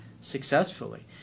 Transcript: successfully